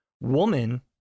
woman